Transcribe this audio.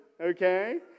okay